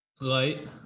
Light